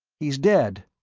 he's dead!